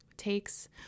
takes